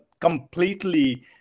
completely